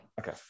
Okay